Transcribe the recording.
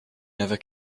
never